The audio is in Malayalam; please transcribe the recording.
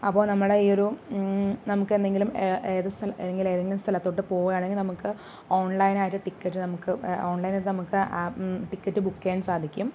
അപ്പോൾ നമ്മളെ ഈ ഒരു നമുക്ക് എന്തെങ്കിലും ഏ ഏത് സ്ഥലം അല്ലെങ്കിൽ ഏതെങ്കിലും സ്ഥലത്ത് പോകുവാണെങ്കിൽ നമുക്ക് ഓൺലൈനായിട്ട് ടിക്കറ്റ് നമുക്ക് ഓൺലൈനായിട്ട് നമുക്ക് ടിക്കറ്റ് ബുക്ക് ചെയ്യാൻ സാധിക്കും